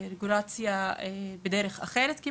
רגולציה בדרך אחרת.